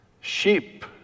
Sheep